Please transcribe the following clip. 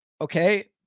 Okay